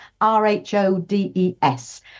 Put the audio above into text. R-H-O-D-E-S